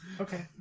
Okay